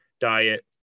diet